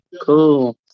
Cool